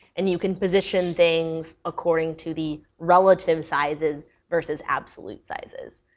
and you can position things according to the relative sizes versus absolute sizes.